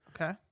Okay